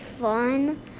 fun